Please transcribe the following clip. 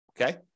Okay